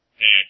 hey